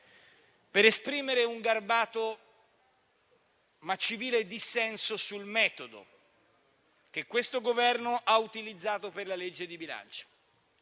per esprimere un garbato, ma civile dissenso sul metodo che questo Governo ha utilizzato per il disegno di legge di bilancio.